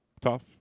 tough